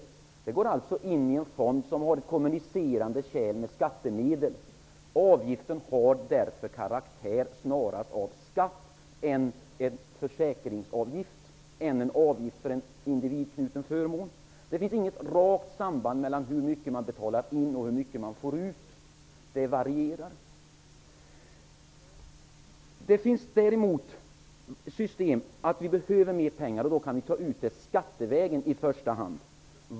Avgifterna går alltså till en fond där de förs samman med skattemedel som i kommunicerande kärl. Avgiften har därför snarast karaktär av skatt än av försäkringsavgift, dvs. en avgift för en individanknuten förmån. Det finns inget rakt samband mellan hur mycket man betalar in och hur mycket man får ut. Det varierar. Det finns däremot lägen där vi behöver mer pengar, och då kan vi ta ut dessa i första hand skattevägen.